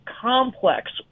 complex